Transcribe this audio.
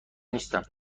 نیستم